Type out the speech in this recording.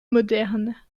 modernes